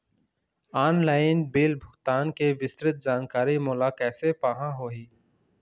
Online bill भुगतान के विस्तृत जानकारी मोला कैसे पाहां होही?